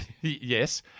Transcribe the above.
Yes